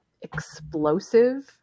explosive